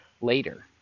later